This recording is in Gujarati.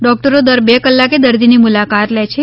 ડોક્ટરો દર બે કલાકે દર્દીની મુલાકાત લે છે